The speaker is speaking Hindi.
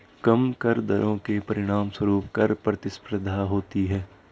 कम कर दरों के परिणामस्वरूप कर प्रतिस्पर्धा होती है